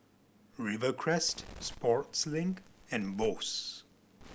Rivercrest Sportslink and Bose